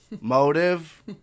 Motive